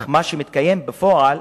אך מה שמתקיים בפועל